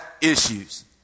issues